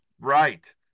Right